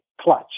clutch